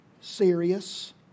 serious